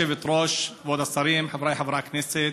כבוד היושבת-ראש, כבוד השרים, חבריי חברי הכנסת,